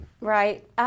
right